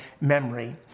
memory